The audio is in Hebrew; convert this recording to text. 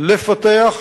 לפתח,